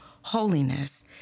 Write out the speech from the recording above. holiness